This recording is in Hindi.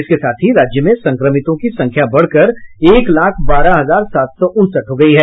इसके साथ ही राज्य में संक्रमितों की संख्या बढ़कर एक लाख बारह हजार सात सौ उनसठ हो गयी है